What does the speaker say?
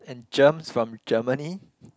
and germs from Germany